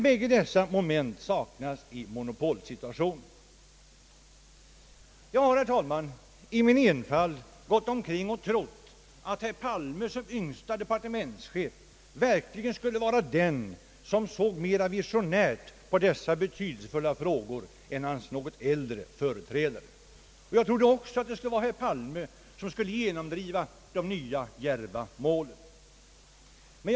Bägge dessa moment saknas i monopolsituationen. Jag har, herr talman, i min enfald trott att herr Palme som yngste departementschef verkligen skulle vara den som såg mera visionärt på dessa betydelsefulla frågor än hans något äldre företrädare, och jag trodde också att det skulle vara herr Palme som skulle genomdriva att de nya djärva målen nås.